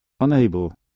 unable